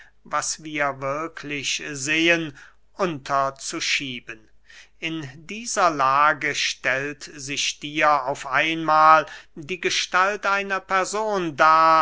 was wir wirklich sehen unterzuschieben in dieser lage stellt sich dir auf einmahl die gestalt einer person dar